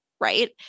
Right